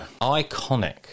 iconic